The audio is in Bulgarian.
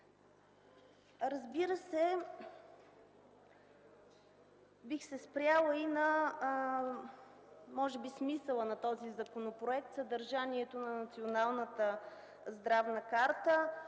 Разбира се, бих се спряла и на смисъла на този законопроект – съдържанието на Националната здравна карта.